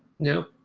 no.